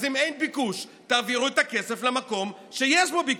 אז אם אין ביקוש תעבירו את הכסף למקום שיש בו ביקוש.